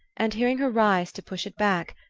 and hearing her rise to push it back,